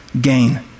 gain